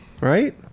Right